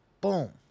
Boom